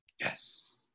Yes